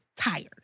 tired